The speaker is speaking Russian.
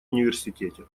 университете